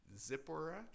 Zipporah